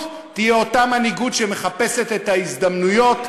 תהיה אותה מנהיגות שמחפשת את ההזדמנויות,